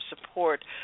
support